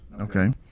Okay